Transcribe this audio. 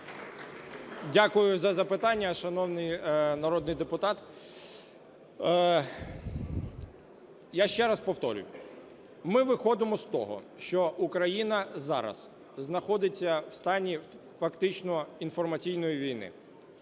Дякую за запитання, шановний народний депутат. Я ще раз повторюю, ми виходимо з того, що Україна зараз знаходиться в стані фактично інформаційної війни.